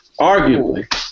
Arguably